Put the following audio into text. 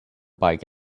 bike